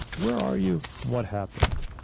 where are you, what happened?